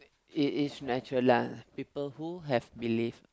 it it is natural lah people who have belief